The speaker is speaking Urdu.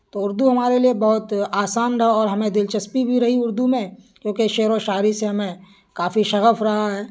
تو اردو ہمارے لیے بہت آسان رہا اور ہمیں دلچسپی بھی رہی اردو میں کیونکہ شعر و شاعری سے ہمیں کافی شغف رہا ہے